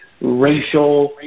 racial